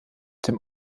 dem